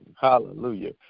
Hallelujah